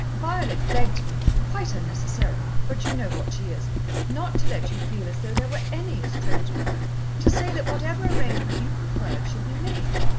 violet begged me quite unnecessarily, but you know what she is not to let you feel as though there were any estrangement to say that whatever arrangement you preferred should be made.